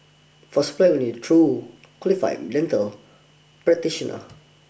for supply only through qualified dental practitioner